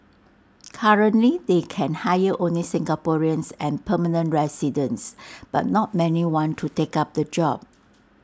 currently they can hire only Singaporeans and permanent residents but not many want to take up the job